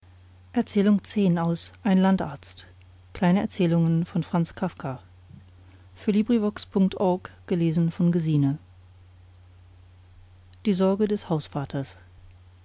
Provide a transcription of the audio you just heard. erzählungen die sorge des